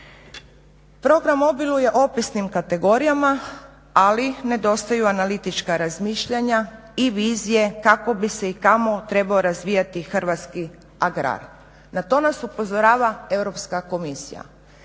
Program obiluje opisnim kategorijama, ali nedostaju analitička razmišljanja i vizije kako bi se i kamo trebao razvijati hrvatski agrar. Na to nas upozorava Europska komisija.